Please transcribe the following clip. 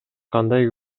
кандай